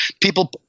people